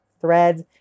threads